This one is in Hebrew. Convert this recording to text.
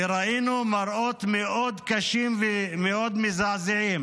וראינו מראות מאוד קשים ומאוד מזעזעים